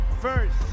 first